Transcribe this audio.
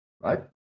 right